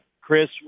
Chris